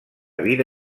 vida